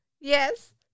yes